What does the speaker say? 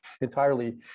entirely